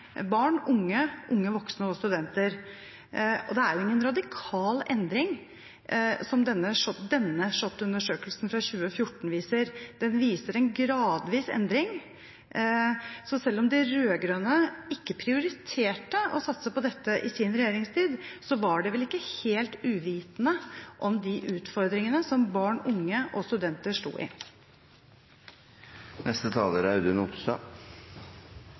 barn, unge, unge voksne og studenter. Det er ingen radikal endring som denne SHoT-undersøkelsen fra 2014 viser, den viser en gradvis endring, så selv om de rød-grønne ikke prioriterte å satse på dette i sin regjeringstid, var de vel ikke helt uvitende om de utfordringene som barn, unge og studenter sto